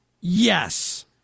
yes